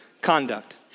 conduct